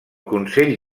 consell